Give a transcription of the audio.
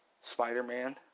Spider-Man